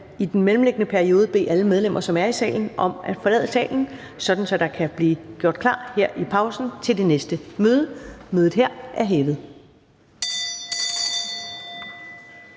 i den mellemliggende periode bede alle medlemmer, som er i salen, om at forlade salen, sådan at der kan blive gjort klar her i pausen til det næste møde. Mødet er hævet.